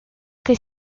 che